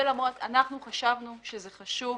אנחנו חשבנו שזה חשוב